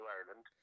Ireland